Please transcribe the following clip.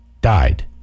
died